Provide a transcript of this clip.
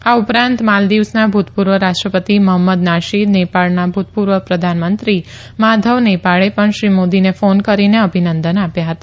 આ ઉપરાંત માલ્દીવ્સના ભુતપુર્વ રાષ્ટ્રપતિ મહંમદ નાશીદ નેપાળના ભુતપુર્વ પ્રધાનમંત્રી માધવ નેપાળે પણ શ્રી મોદીને ફોન કરી અભિનંદન આપ્યા હતા